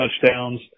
touchdowns